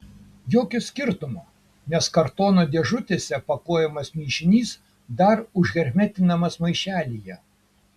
jokio skirtumo nes kartono dėžutėse pakuojamas mišinys dar užhermetinamas maišelyje